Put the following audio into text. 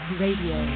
radio